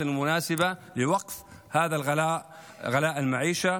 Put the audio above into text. הראויות למען עצירת יוקר המחיה הזה.